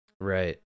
right